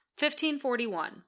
1541